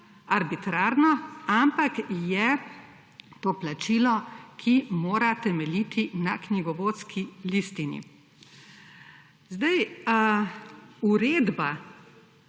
arbitrarno, ampak je to plačilo, ki mora temeljiti na knjigovodski listini. Uredba,